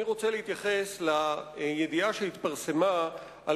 אני רוצה להתייחס לידיעה שהתפרסמה על